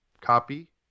Copy